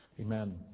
Amen